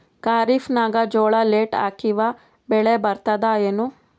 ಖರೀಫ್ ನಾಗ ಜೋಳ ಲೇಟ್ ಹಾಕಿವ ಬೆಳೆ ಬರತದ ಏನು?